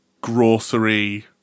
grocery